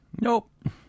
Nope